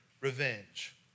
revenge